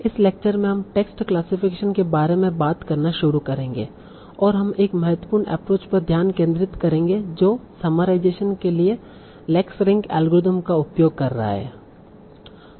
इस लेक्चर में हम टेक्स्ट क्लासिफिकेशन के बारे में बात करना शुरू करेंगे और हम एक महत्वपूर्ण एप्रोच पर ध्यान केंद्रित करेंगे जो समराइजेशन के लिए लेक्सरैंक एल्गोरिथ्म का उपयोग कर रहा है